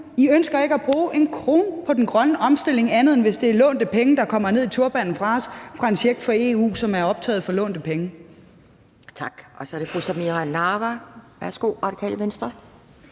I ønsker ikke at bruge én krone på den grønne omstilling, andet end hvis det er penge, der kommer ned i turbanen fra en check fra EU, som er optaget for lånte penge. Kl. 10:50 Anden næstformand (Pia Kjærsgaard): Tak.